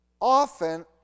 often